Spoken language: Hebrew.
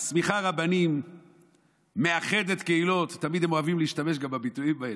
מסמיכה רבנים ומאחדת קהילות" תמיד הם אוהבים להשתמש גם בביטויים האלה.